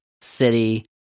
City